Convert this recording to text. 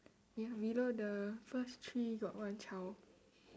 ya below the first tree got one child